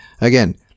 again